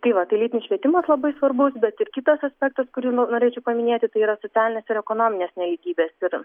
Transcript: tai va tai lytinis švietimas labai svarbus bet ir kitas aspektas kurį no norėčiau paminėti tai yra socialinės ir ekonominės nelygybės ir